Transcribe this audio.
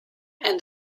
and